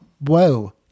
Whoa